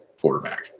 quarterback